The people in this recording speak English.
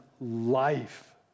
life